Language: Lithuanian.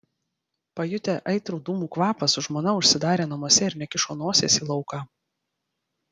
pajutę aitrų dūmų kvapą su žmona užsidarė namuose ir nekišo nosies į lauką